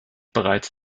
bereits